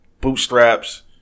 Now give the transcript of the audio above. bootstraps